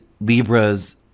Libra's